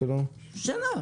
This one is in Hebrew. שנה.